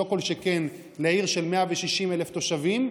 כל שכן לעיר של 160,000 תושבים,